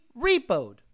repoed